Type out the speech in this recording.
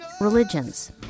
religions